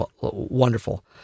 wonderful